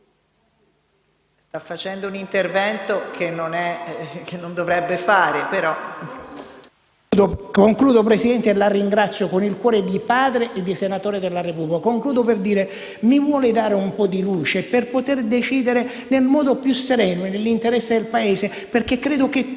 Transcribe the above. sta facendo un intervento che non dovrebbe fare.